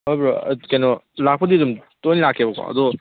ꯑꯥ bro ꯀꯩꯅꯣ ꯂꯥꯛꯄꯨꯗꯤ ꯑꯗꯨꯝ ꯇꯣꯏ ꯂꯥꯛꯀꯦꯕꯀꯣ ꯑꯗꯣ